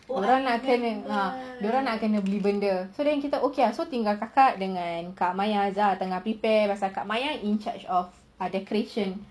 dorang nak kena dorang nak kena beli benda then okay ah tinggal kakak dengan kak maya tengah prepare pasal kak maya in charge of the creation